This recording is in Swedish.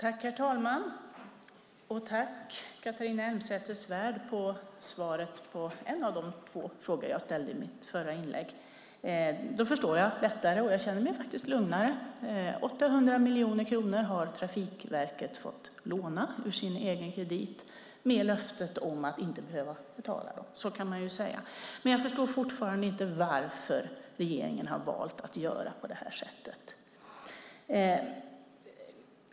Herr talman! Jag tackar Catharina Elmsäter-Svärd för svaret på en av de två frågor jag ställde i mitt förra inlägg. Nu förstår jag lättare och känner mig lugnare. 800 miljoner kronor har Trafikverket fått låna ur sin egen kredit med löfte om att inte behöva betala dem. Så kan man säga. Men jag förstår fortfarande inte varför regeringen har valt att göra på det här sättet.